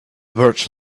birch